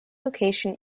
location